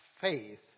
faith